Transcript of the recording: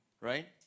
Right